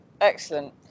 excellent